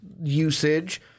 usage